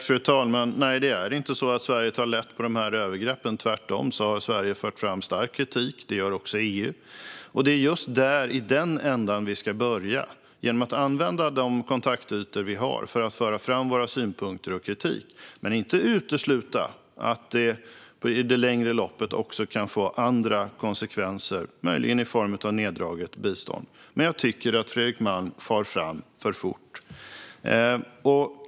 Fru talman! Nej, Sverige tar inte lätt på dessa övergrepp. Tvärtom har Sverige fört fram hård kritik, och det gör också EU. Det är i den änden vi ska börja, genom att använda de kontaktytor vi har för att föra fram våra synpunkter och vår kritik. Men vi ska inte utesluta att det i långa loppet också kan få andra konsekvenser, möjligen i form av neddraget bistånd. Men jag tycker att Fredrik Malm far fram för fort.